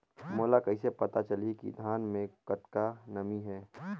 मोला कइसे पता चलही की धान मे कतका नमी हे?